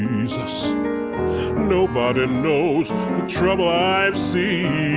jesus nobody knows the trouble i've seen